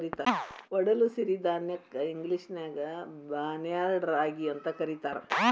ಒಡಲು ಸಿರಿಧಾನ್ಯಕ್ಕ ಇಂಗ್ಲೇಷನ್ಯಾಗ ಬಾರ್ನ್ಯಾರ್ಡ್ ರಾಗಿ ಅಂತ ಕರೇತಾರ